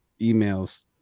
emails